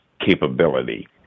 capability